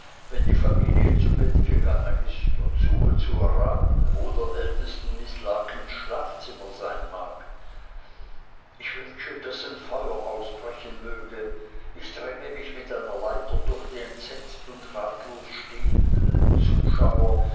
wenn die familie zu bett gegangen ist und suche zu erraten wo der ältesten miß larkins schlafzimmer sein mag ich wünsche daß ein feuer ausbrechen möge ich dränge mich mit einer leiter durch die entsetzt und ratlos dastehenden zuschauer